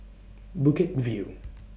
Bukit View